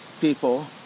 people